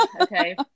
okay